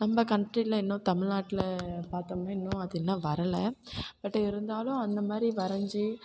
நம்ப கண்ட்ரியில இன்னும் தமில்நாட்டில் பார்த்தோம்னா இன்னும் அது இன்னும் வரல பட்டு இருந்தாலும் அந்தமாதிரி வரஞ்சு